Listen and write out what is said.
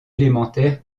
élémentaire